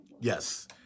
Yes